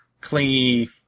clingy